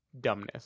dumbness